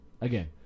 again